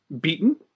Beaten